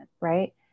right